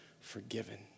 forgiven